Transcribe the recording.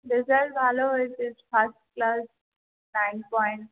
result ভালো হয়েছে first class nine point